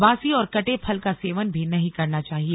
बासी और कटे फल का सेवन भी नहीं करना चाहिए